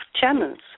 channels